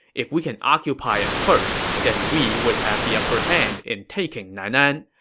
if we can occupy it first, then we would have the upperhand in taking nan'an.